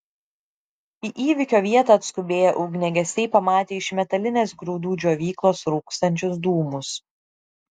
į įvykio vietą atskubėję ugniagesiai pamatė iš metalinės grūdų džiovyklos rūkstančius dūmus